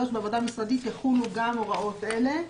(3)בעבודה משרדית יחולו גם הוראות אלה: